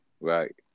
Right